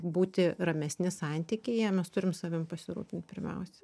būti ramesni santykyje mes turim savim pasirūpint pirmiausia